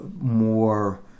more